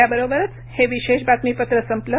याबरोबरच हे विशेष बातमीपत्र संपलं